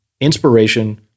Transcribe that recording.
inspiration